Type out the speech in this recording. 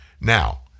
Now